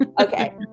Okay